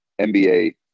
NBA